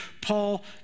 Paul